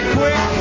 quick